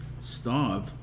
Starve